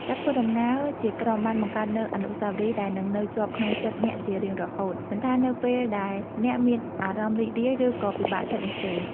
ការធ្វើដំណើរជាក្រុមបានបង្កើតនូវអនុស្សាវរីយ៍ដែលនឹងនៅជាប់ក្នុងចិត្តអ្នកជារៀងរហូត មិនថានៅពេលដែលអ្នកមានអារម្មណ៍រីករាយឬក៏ពិបាកចិត្តនោះទេ។